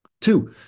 Two